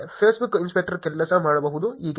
Facebook inspector ಕೆಲಸ ಮಾಡುವುದು ಹೀಗೆ